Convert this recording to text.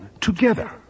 together